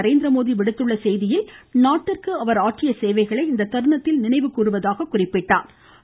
நரேந்திரமோடி விடுத்துள்ள செய்தியில் நாட்டிற்கு அவர் ஆற்றிய சேவைகளை இந்த தருணத்தில் நினைவு கூறுவதாக குறிப்பிட்டார்